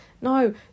No